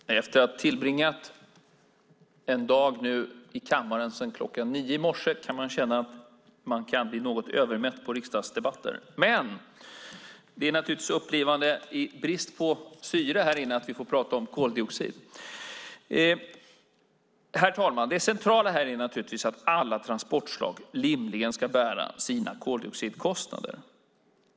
Herr talman! Efter att ha tillbringat en dag i kammaren sedan klockan nio i morse kan man känna att man kan bli något övermätt på riksdagsdebatter. Men det är naturligtvis upplivande, i brist på syre härinne, att vi får prata om koldioxid. Herr talman! Det centrala här är naturligtvis att alla transportslag rimligen ska bära sina koldioxidkostnader.